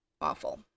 awful